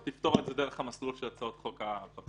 אתה תפתור את זה דרך המסלול של הצעות החוק הפרטיות.